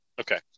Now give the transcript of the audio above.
okay